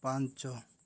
ପାଞ୍ଚ